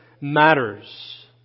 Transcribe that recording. matters